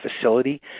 facility